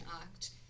act